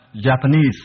japanese